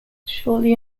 shortly